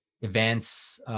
events